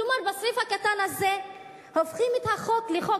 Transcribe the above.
כלומר בסעיף הקטן הזה הופכים את החוק לחוק